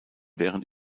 während